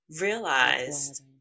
realized-